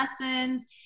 lessons